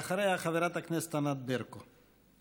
ואחריה, חברת הכנסת ענת ברקו.